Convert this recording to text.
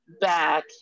back